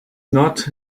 not